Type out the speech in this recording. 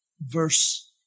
verse